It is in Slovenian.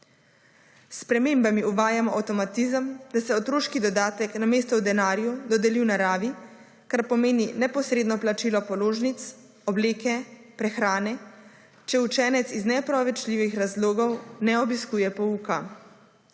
S spremembami uvajamo avtomatizem, da se otroški dodatek namesto v denarju dodeli v naravi, kar pomeni neposredno plačilo položnic, obleke, prehrane, če učenec iz neopravičljivih razlogov ne obiskuje pouka.